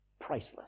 priceless